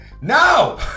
No